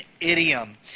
idiom